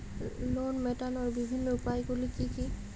Loan মেটানোর বিভিন্ন উপায়গুলি কী কী?